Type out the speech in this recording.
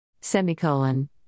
Semicolon